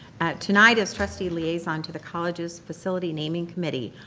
tonight, as trustee liaison to the college's facility naming committee,